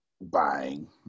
buying